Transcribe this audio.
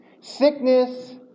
sickness